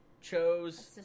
chose